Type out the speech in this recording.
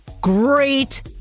Great